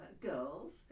girls